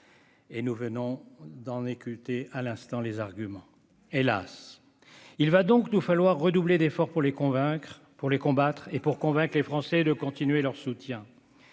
Nous venons d'en entendre, à l'instant, les arguments. Hélas ! Il va donc nous falloir redoubler d'efforts pour les combattre et pour convaincre les Français de continuer à apporter